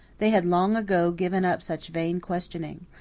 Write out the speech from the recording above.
they had long ago given up such vain questioning.